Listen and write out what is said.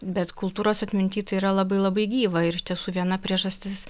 bet kultūros atminty tai yra labai labai gyva ir iš tiesų viena priežastis